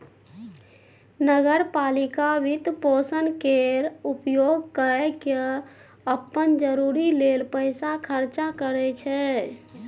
नगर पालिका वित्तपोषण केर उपयोग कय केँ अप्पन जरूरी लेल पैसा खर्चा करै छै